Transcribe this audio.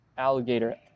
Alligator